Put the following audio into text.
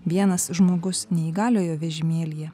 vienas žmogus neįgaliojo vežimėlyje